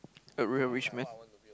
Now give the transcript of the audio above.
a real rich man